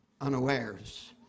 unawares